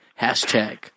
Hashtag